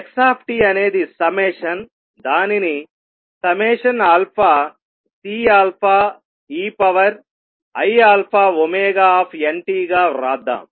x అనేది summation దానిని Ceiαωnt గా వ్రాద్దాం